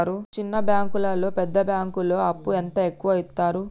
చిన్న బ్యాంకులలో పెద్ద బ్యాంకులో అప్పు ఎంత ఎక్కువ యిత్తరు?